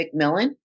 McMillan